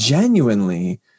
Genuinely